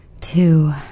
two